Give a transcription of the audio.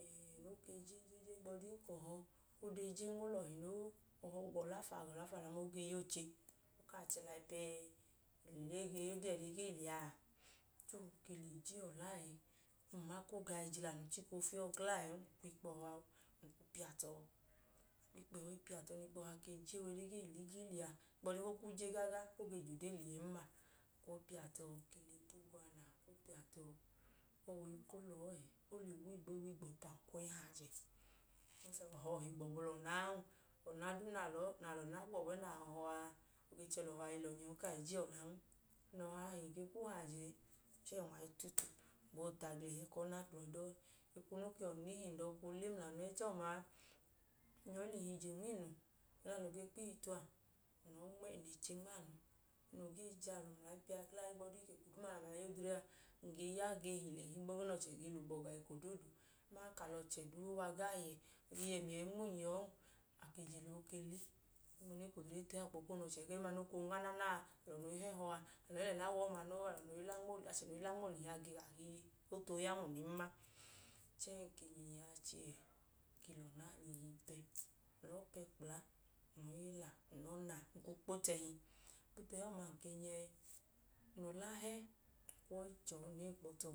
Ẹẹ o ke je je je, ohigbu ọdin ka ọhọ, o dee jen o lọhi noo. Ọhọ o gwu ọla faala, faala liya ge ya oche, o kaa ge chẹ lẹ ayipẹ nwune ge ya ẹdọ ọdee liya a. So, o ke le je ọla ẹẹ, ng ma ka o ke ga ẹji nẹ alọ gee fiyẹ ọọ gla ẹẹ, ng kwu ikpọhọ a u, ng kwu piya tọ. Ng kwu ikpọhọ i piya tọ. Ikpọhọ a ke je wa ẹgee liya, ohigbu ọdi ka o kwu je gaaga, o ge je odee lẹ iyen ma. Ng kwu ọọ i piya tọ. Ng ke lẹ epu ogo a na kwu piya tọ. Ng kwu ọwu i kla ọọ ẹẹ, o le wu igbee, wu igbẹpa, ng kwu ọọ i hayi ajẹ. Because ọhọ i he gbọbu lẹ ọnan. Ọna duu nẹ a lẹ, ọna gbọbu na le ge ọhọ a a, o ge chẹ lẹ ọhọ a lọnyẹ, o kaa i je ọlan. Ng lẹ ọhọ a he, ng ke kwu hayi ajẹ ẹẹ chẹẹ ng wa i tutu gbọọ tu aglihẹ ku ọna klọdọọ. Eko nẹ o ke wẹ ọna ihi num dọka oole mla anu ẹchi ọma a, ng nyọ i lẹ ihi je nma inu ẹga nẹ alọ ge kpo ihi tu a. Ng lẹ ọọ nmẹyi, ng le che nma anu noo gee jẹ alọ mla ayipẹ a gla ohigbu ọdi ka, eko duuma nẹ alọ gee ya odre a, ng ge ya ge hile ohigbu ẹgẹẹ nẹ ọchẹ ge lẹ ugbọga eko doodu aman ka a lẹ ọchẹ duu wa gaa yẹ, ii, ẹmiyẹ i nmo um yọ an, a ke je lẹ ọọ, o ke le.ẹgọma nẹ e ka odre too ya ukpẹ okonu ọchẹn ẹgọ doodu no koo nga naana. Alọ no i hẹhọ a, alọ i lẹ ẹla wu ọma noo. Alọ no i achẹ noo i la nma oolihi a, a ge o too ya nwunen ma. Chẹẹ ng ke lẹ ihi a che ẹẹ, ng ke lẹ ihi pẹ. Ng lẹ ọọ pẹ kpla, ng lẹ ọọ yila, ng lẹ ọọ na, ng kwu kpo tu ẹhi. Ng kwu kpo tu ẹhi ọma, ng ke nyẹ. Ng lẹ ọla hẹ, ng kwu ọọ i che ọọ, ng lẹ enkpọ tọ.